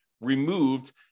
removed